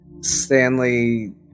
Stanley